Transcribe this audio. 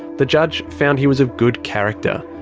the judge found he was of good character.